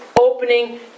opening